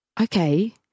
okay